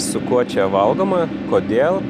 su kuo čia valgoma kodėl